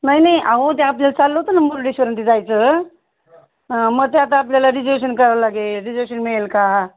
नाही नाही अहो ते आपल्याला चाललं होतं ना मुरुडेश्वर न ते जायचं हां मग ते आता आपल्याला रिजर्वेशन करावं लागेल रिजर्वेशन मिळेल का